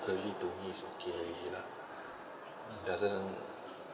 ugly to me is okay already lah it doesn't